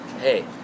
hey